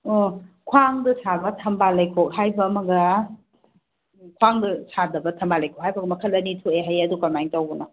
ꯑꯣ ꯈ꯭ꯋꯥꯡꯗ ꯁꯥꯕ ꯊꯝꯕꯥꯜ ꯂꯩꯈꯣꯛ ꯍꯥꯏꯕ ꯑꯃꯒ ꯈ꯭ꯋꯥꯡꯗ ꯁꯥꯗꯕ ꯊꯝꯕꯥꯜ ꯂꯩꯈꯣꯛ ꯍꯥꯏꯕꯒ ꯃꯈꯜ ꯑꯅꯤ ꯊꯣꯛꯑꯦ ꯍꯥꯏꯌꯦ ꯑꯗꯨ ꯀꯔꯝꯍꯥꯏꯅ ꯇꯧꯕꯅꯣ